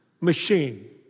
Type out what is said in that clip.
machine